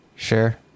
Sure